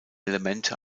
elemente